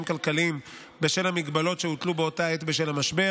כלכליים בשל המגבלות שהוטלו באותה עת בשל המשבר.